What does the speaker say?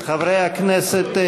חברי הכנסת,